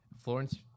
Florence